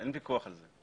אין ויכוח על זה.